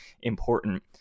important